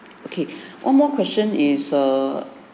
okay one more question is err